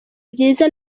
byiza